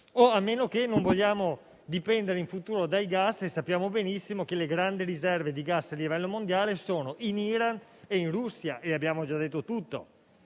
a meno che non vogliamo dipendere in futuro dai gas, ma sappiamo benissimo che le grandi riserve di gas a livello mondiale sono in Iran e in Russia, e con questo abbiamo già detto tutto.